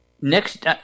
Next